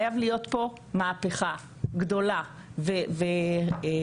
חייב להיות פה מהפכה גדולה ורצינית.